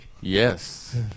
Yes